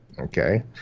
okay